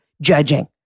Judging